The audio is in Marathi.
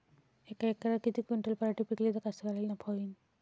यका एकरात किती क्विंटल पराटी पिकली त कास्तकाराइले नफा होईन?